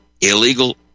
illegal